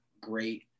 great